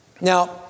Now